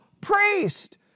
priest